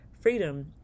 freedom